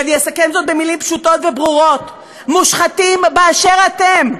אני אסכם זאת במילים פשוטות וברורות: מושחתים באשר אתם,